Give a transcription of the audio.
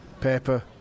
Paper